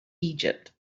egypt